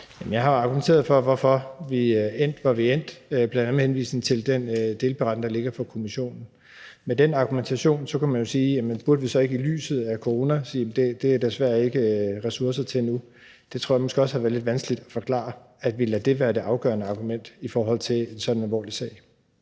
Jeg har argumenteret for, hvorfor vi er endt, hvor vi er endt, bl.a. med henvisning til den delberetning, der ligger fra kommissionen. Med den argumentation kunne man jo sige, om vi så ikke i lyset af corona burde sige, at det er der desværre ikke ressourcer til nu. Det tror jeg måske også havde været lidt vanskeligt at forklare, altså at vi lader det være det afgørende argument i forhold til sådan en alvorlig sag.